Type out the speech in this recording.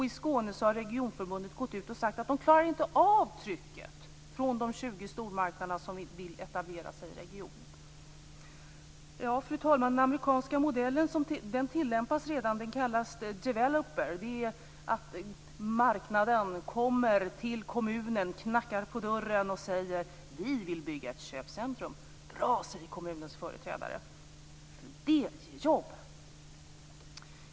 I Skåne har Regionförbundet gått ut och sagt att man inte klarar av trycket från de 20 stormarknader som vill etablera sig i regionen. Fru talman! Developer kallas den amerikanska modell som redan tillämpas - marknaden kommer till kommunen, knackar på dörren och säger: Vi vill bygga ett köpcentrum. Bra, säger kommunens företrädare, för det ger jobb.